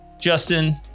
justin